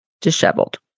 disheveled